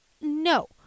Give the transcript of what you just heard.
No